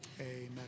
amen